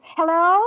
Hello